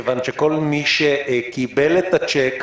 כיוון שכל מי שקיבל את הצ'ק,